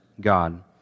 God